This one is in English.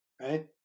Right